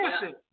Listen